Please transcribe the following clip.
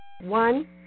One